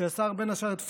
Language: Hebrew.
שעשה בין השאר את "פאודה",